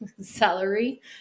salary